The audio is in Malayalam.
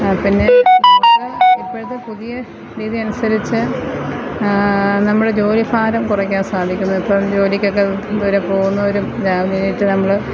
പിന്നെ നമുക്ക് ഇപ്പോഴത്തെ പുതിയ രീതി അനുസരിച്ച് നമ്മുടെ ജോലി ഭാരം കുറയ്ക്കാൻ സാധിക്കുന്നു ഇപ്പം ജോലിക്കൊക്കെ ദൂരെ പോകുന്നവരും രാവിലെ എണീറ്റ് നമ്മൾ